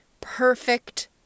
perfect